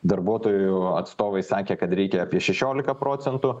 darbuotojų atstovai sakė kad reikia apie šešiolika procentų